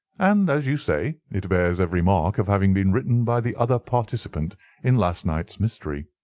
and, as you say, it bears every mark of having been written by the other participant in last night's mystery.